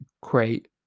great